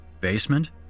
Basement